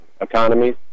economies